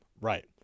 Right